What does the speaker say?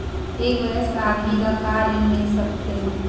एक वयस्क आदमी ल का ऋण मिल सकथे?